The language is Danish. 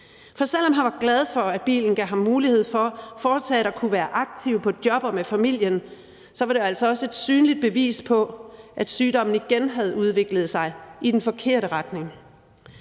For selv om han var glad for, at bilen gav ham mulighed for fortsat at kunne være aktiv på job og med familien, var den også et synligt bevis på, at sygdommen igen havde udviklet sig i den forkerte retning.